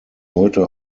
heute